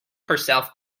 herself